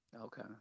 Okay